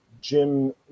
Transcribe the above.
jim